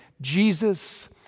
Jesus